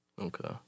Okay